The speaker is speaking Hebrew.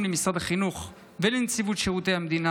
למשרד החינוך ולנציבות שירות המדינה